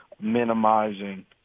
minimizing